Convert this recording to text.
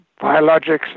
biologics